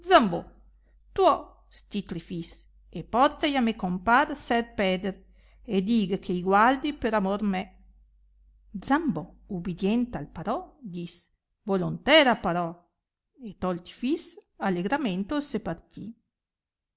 tuo sti tri fis e porta i a me compar ser peder e dig che i gualdi per amor me zambò ubidient al parò dis volontera parò e tolt i fis alegrament ol se partì